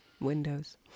Windows